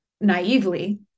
naively